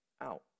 out